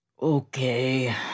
okay